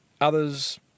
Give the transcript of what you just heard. Others